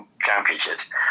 Championships